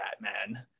Batman